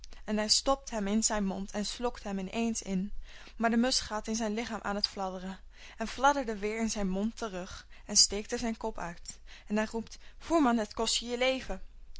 en hij stopt hem in zijn mond en slokt hem ineens in maar de musch gaat in zijn lichaam aan het fladderen en fladderde weer in zijn mond terug en steekt er zijn kop uit en hij roept voerman het kost je je leven